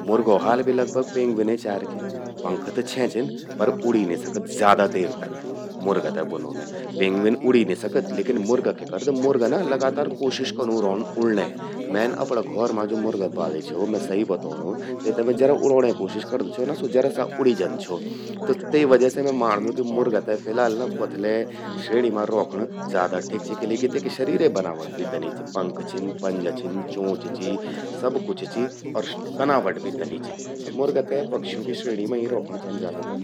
मुर्गो हा भी लगभग पेंग्विने चार चि। पंख त छें छिन पर उड़ी नि सकद ज्यादा देर तक। मुर्गा ते ब्वोनू मैं। पेंग्विन उड़ी नि सकद लेकिन मुर्गा ना लगातार कोशिश कनूं रौंद उड़ड़ें। मैंन अपरा घौर मां ज्वो मुर्गा पाली छो, मैं सही बतौंणूं। तेते मैं जरा का उड़ौंड़ें कोशिश करद छो ना, त स्वो जरा सा उड़ि जंद छो। ते वजह से मैं माणदूं कि मुर्गा ते फिलहाल प्वथले श्रीँ मां रौखणं ज्यादा ठिक चि किले कि तेकि शरीरे बनावट भी तनी चि। पंख छिन, पंजा छिन, चोंच चि, सब कुछ चि अर बनावट भी तनी चि। मुर्गा तै पक्षियों की श्रेणी मां ही रौखंण चेंद ज्यादातर।